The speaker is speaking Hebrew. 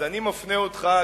אז אני מפנה אותך,